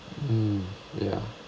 mm ya